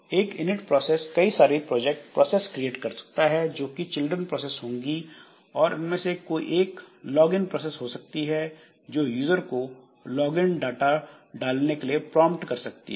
यह init process कई सारी प्रोसेस क्रिएट कर सकता है जोकि चिल्ड्रन प्रोसेस होंगी और उनमें से कोई एक लॉग इन प्रोसेस हो सकती है जो यूजर को लॉग इन डाटा डालने के लिए प्रांप्ट कर सकती है